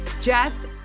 Jess